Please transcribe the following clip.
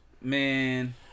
Man